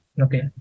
Okay